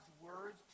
words